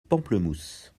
pamplemousses